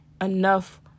enough